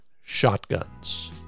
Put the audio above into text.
shotguns